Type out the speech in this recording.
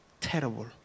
terrible